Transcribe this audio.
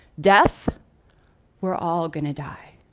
death we're all going to die